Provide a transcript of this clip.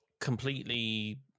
completely